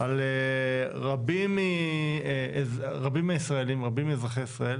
על רבים מאזרחי ישראל